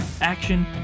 action